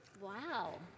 Wow